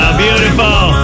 beautiful